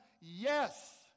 Yes